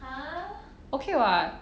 okay [what]